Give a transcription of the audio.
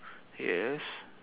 yes